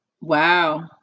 Wow